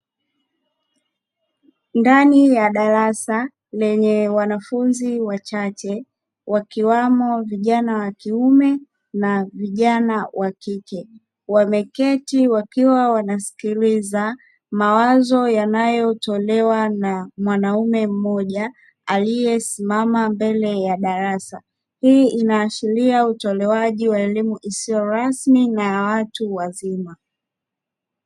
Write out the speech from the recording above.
Ndani ya darasa lenye wanafunzi wa chache; wakiwemo vijana wa kiume na vijana wa kike, wameketi wakiwa wanasikiliza mawazo yanayotolewa na mwanaume mmoja; aliyesimama mbele ya darasa, hii inaashiria utolewaji wa elimu isiyo rasmi na ya watu wazima.